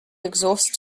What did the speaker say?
exhaust